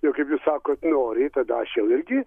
jau kaip jūs sakot nori tada aš jau irgi